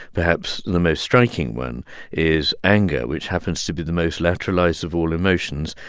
perhaps the most striking one is anger, which happens to be the most lateralized of all emotions.